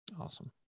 Awesome